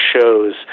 shows